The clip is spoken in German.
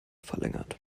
verlängert